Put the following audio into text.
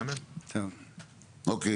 אוקיי.